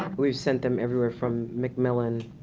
we've sent them everywhere from macmillan,